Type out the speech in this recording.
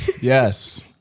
yes